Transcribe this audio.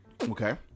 Okay